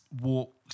walk